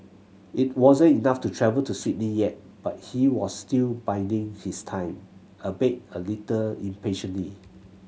it wasn't enough to travel to Sydney yet but he was still biding his time albeit a little impatiently